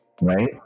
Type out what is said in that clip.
Right